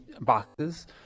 boxes